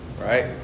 right